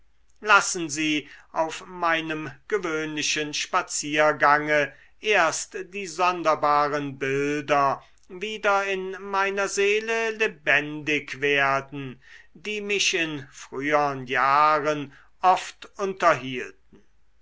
lassen sie auf meinem gewöhnlichen spaziergange erst die sonderbaren bilder wieder in meiner seele lebendig werden die mich in frühern jahren oft unterhielten